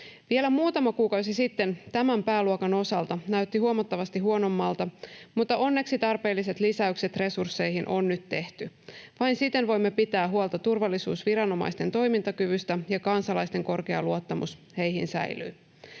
Vielä muutama kuukausi sitten tämän pääluokan osalta näytti huomattavasti huonommalta, mutta onneksi tarpeelliset lisäykset resursseihin on nyt tehty. Vain siten voimme pitää huolta turvallisuusviranomaisten toimintakyvystä ja kansalaisten korkea luottamus heihin säilyy.